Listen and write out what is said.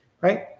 right